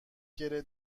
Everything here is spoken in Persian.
گـره